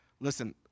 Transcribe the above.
listen